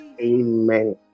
amen